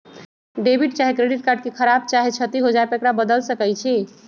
debit चाहे credit card के खराप चाहे क्षति हो जाय पर एकरा बदल सकइ छी